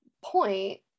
point